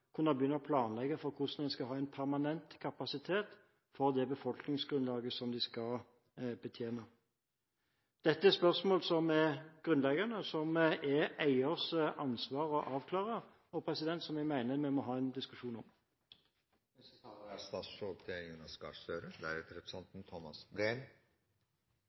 kunne begynne å planlegge for hvordan man skal ha en permanent kapasitet for det befolkningsgrunnlaget som det skal betjene? Dette er spørsmål som er grunnleggende, som det er eiers ansvar å avklare, og som jeg mener vi må ha en diskusjon om. Jeg er glad for at representanten